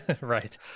Right